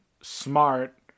Smart